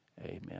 Amen